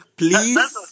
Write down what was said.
Please